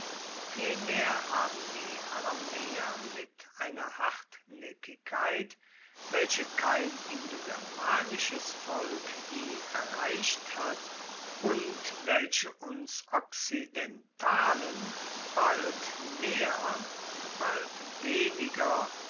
vielmehr haben die aramaeer mit einer hartnaeckigkeit welche kein indogermanisches volk je erreicht hat und welche uns okzidentalen bald mehr bald weniger